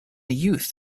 youth